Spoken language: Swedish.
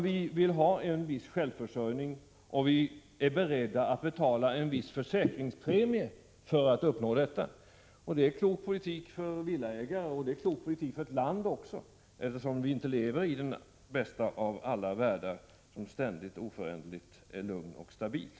Vi vill ha en viss självförsörjning, och vi är beredda att betala en viss försäkringspremie för att uppnå detta. Det är klok politik för villaägare, och det är klok politik också för ett land, eftersom vi inte lever i den bästa av världar, som ständigt och oföränderligt är lugn och stabil.